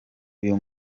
uyu